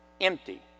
empty